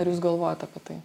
ar jūs galvojot apie tai